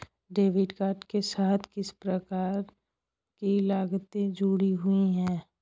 Debit card के साथ किस प्रकार की लागतें जुड़ी हुई हैं?